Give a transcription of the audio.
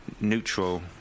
neutral